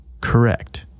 correct